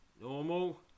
Normal